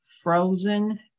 frozen